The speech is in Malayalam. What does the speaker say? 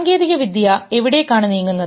സാങ്കേതികവിദ്യ എവിടേക്കാണ് നീങ്ങുന്നത്